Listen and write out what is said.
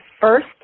first